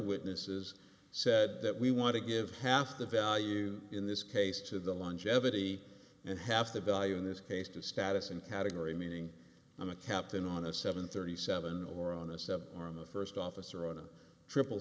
witnesses said that we want to give half the value in this case to the longevity and half the value in this case to status and category meaning i'm a captain on a seven thirty seven or on a seven or in the first officer on a triple